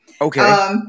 Okay